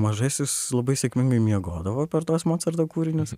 mažasis labai sėkmingai miegodavo per tuos mocarto kūrinius